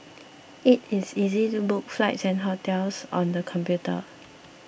it is easy to book flights and hotels on the computer